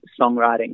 songwriting